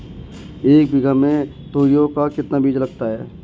एक बीघा में तोरियां का कितना बीज लगता है?